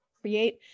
create